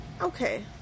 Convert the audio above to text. Okay